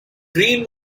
greene